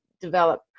develop